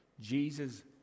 Jesus